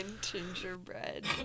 Gingerbread